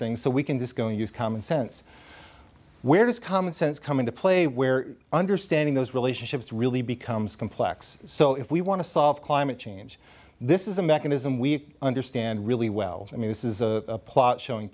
things so we can this going use common sense where does common sense come into play where understanding those relationships really becomes complex so if we want to solve climate change this is a mechanism we understand really well i mean this is a plot showing